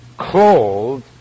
clothed